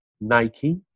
Nike